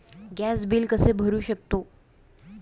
Gas bill कसे भरू शकतो?